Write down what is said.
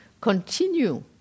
continue